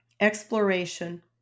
exploration